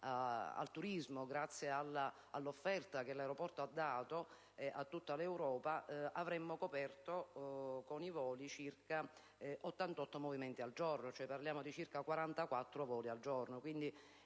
e all'offerta che l'aeroporto ha dato a tutta l'Europa, avremmo coperto con i voli circa 88 movimenti giornalieri, cioè 44 voli al giorno.